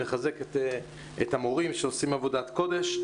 לחזק את המורים שעושים עבודת קודש.